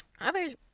Others